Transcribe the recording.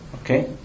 Okay